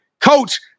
Coach